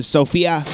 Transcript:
Sophia